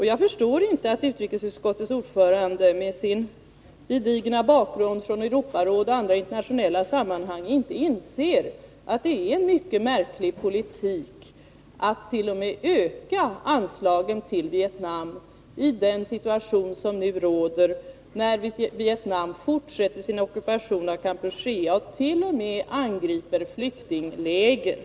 Jag förstår inte att utrikesutskottets ordförande, med sin gedigna bakgrund från Europarådet och andra internationella sammanhang, inte inser att det är en mycket märklig politik att t.o.m. öka anslagen till Vietnam i den situation som nu råder, när Vietnam fortsätter sin ockupation av Kampuchea och t.o.m. angriper flyktingläger.